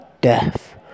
death